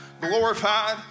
glorified